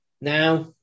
Now